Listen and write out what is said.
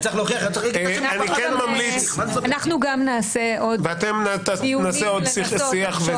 אנחנו גם נעשה עוד דיונים --- נעשה עוד שיח,